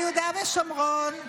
ביהודה ושומרון,